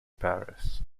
paris